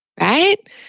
Right